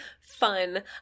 fun